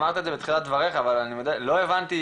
אמרת את זה בתחילת דבריך אבל אני לא הבנתי,